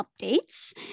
updates